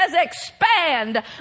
expand